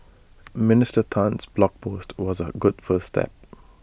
Minister Tan's blog post was A good first step